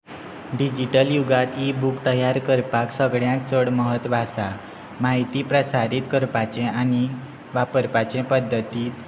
digital युगांत ebook तयार करपाक सगळ्यांत चड म्हत्व आसा म्हायती प्रसारीत करपाचें आनी वापरपाचें पद्दती